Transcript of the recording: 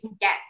get